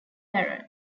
baron